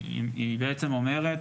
היא בעצם אומרת